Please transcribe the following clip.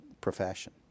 profession